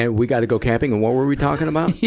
and we gotta go camping and what were we talking about? yeah